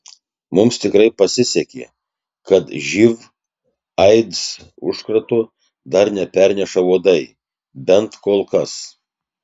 mums tikrai pasisekė kad živ aids užkrato dar neperneša uodai bent kol kas